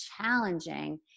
challenging